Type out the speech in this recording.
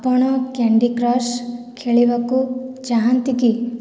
ଆପଣ Candy Crush ଖେଳିବାକୁ ଚାହାଁନ୍ତି କି